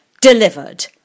Delivered